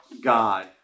God